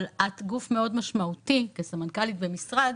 את גוף מאוד משמעותי כסמנכ"לית במשרד